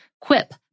Quip